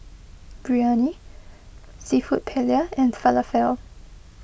Biryani Seafood Paella and Falafel